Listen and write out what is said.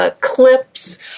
clips